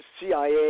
CIA